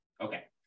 Okay